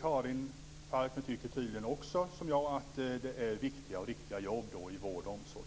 Karin Falkmer tycker tydligen också, som jag, att det är viktiga och riktiga jobb inom vård och omsorg.